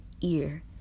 ear